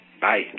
Bye